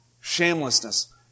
Shamelessness